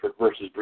versus